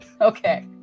Okay